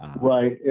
Right